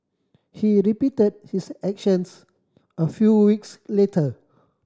he repeated his actions a few weeks later